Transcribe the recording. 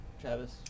travis